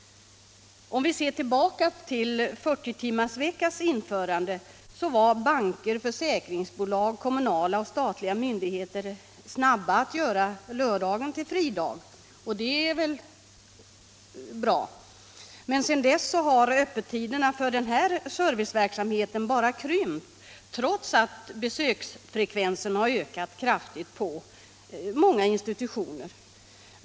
Om vi ser tillbaka till 40-timmarsveckans införande, så finner vi att banker, försäkringsbolag och kommunala och statliga myndigheter var snabba att göra lördagen till fridag, och det var väl bra. Men sedan dess har öppettiderna för denna serviceverksamhet bara krympt, trots att besöksfrekvensen på dessa institutioner ökat kraftigt.